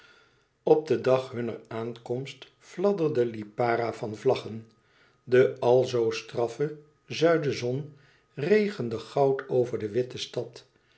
op den dag hunner aankomst fladderde lipara van vlaggen de al zoo straffe zuidezon regende goud over de witte stad